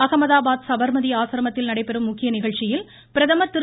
அஹமதாபாத் சபா்மதி ஆசிரமத்தில் நடைபெறும் முக்கிய நிகழ்ச்சியில் பிரதமா் திரு